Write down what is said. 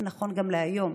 זה נכון גם להיום.